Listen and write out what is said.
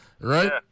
right